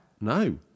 No